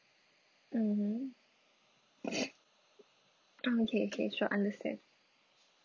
mmhmm oh okay okay sure understand